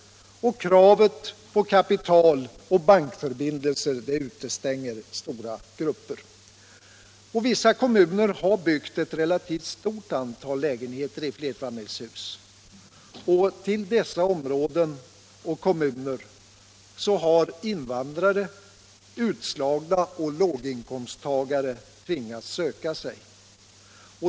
Kravet på kapital och bankförbindelser utestänger stora grupper. Vissa kommuner har byggt ett relativt stort antal lägenheter i flerfamiljshus, och till dessa områden och kommuner har invandrare, utslagna och låginkomsttagare tvingats söka sig.